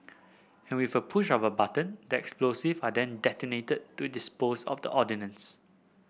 and with a push of a button the explosives are then detonated to dispose of the ordnance